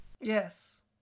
Yes